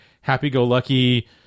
happy-go-lucky